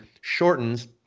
shortens